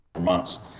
months